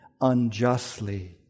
unjustly